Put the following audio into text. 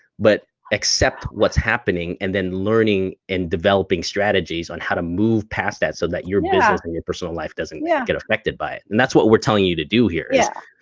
but accept what's happening and then learning and developing strategies on how to move past that so that your business and your personal life doesn't yeah get affected by it. and that's what we're telling you to do here yeah